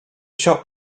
shop